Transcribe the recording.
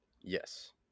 Yes